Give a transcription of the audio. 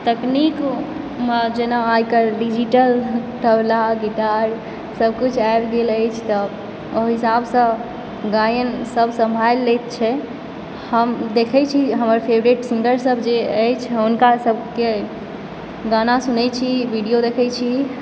तकनीकमे जेना आइकाल्हि डीजिटल तबला गिटारसभ कुछ आबि गेल अछि तऽ ओहि हिसाबसँ गायनसभ सम्भाल लैत छै हम देखी छी हमर फेवरेट सिंगरसभ जे अछि हुनका सभकेँ गाना सुनैत छी वीडियो देखैत छी